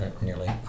nearly